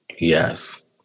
Yes